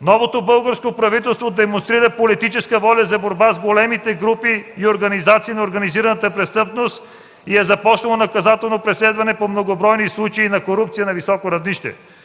Новото българско правителство демонстрира политическа воля за борба с големите групи и организации на организираната престъпност и е започнало наказателно преследване по многобройни случаи на корупция на високо равнище.